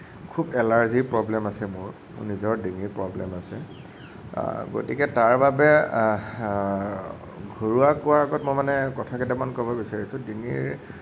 খুব এলাৰ্জীৰ প্ৰব্লেম আছে মোৰ নিজৰ ডিঙিৰ প্ৰব্লেম আছে গতিকে তাৰ বাবে ঘৰুৱা কোৱাৰ আগত মই মানে কথা কেইটামান ক'ব বিচাৰিছোঁ ডিঙিৰ